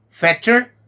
factor